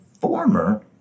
former